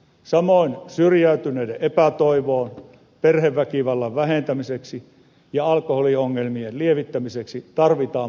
samoin syrjäytyneiden epätoivon ja perheväkivallan vähentämiseksi sekä alkoholiongelmien lievittämiseksi tarvitaan muita toimenpiteitä